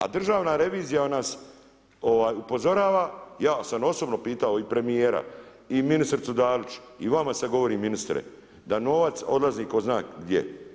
A Državna revizija nas upozorava, ja sam osobno pitao i premijera i ministricu Dalić, i vama sad govorim ministre da novac odlazi tko zna gdje.